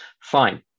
Fine